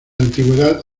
antigüedad